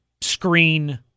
screen